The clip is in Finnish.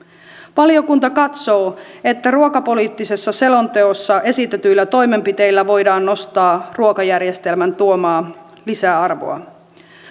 valiokunta katsoo että ruokapoliittisessa selonteossa esitetyillä toimenpiteillä voidaan nostaa ruokajärjestelmän tuomaa lisäarvoa